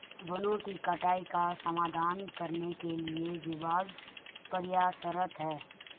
वनों की कटाई का समाधान करने के लिए विभाग प्रयासरत है